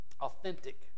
authentic